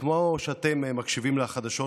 וכמו שאתם מקשיבים לחדשות,